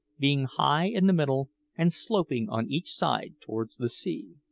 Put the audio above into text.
being high in the middle and sloping on each side towards the sea.